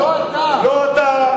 לא אתה,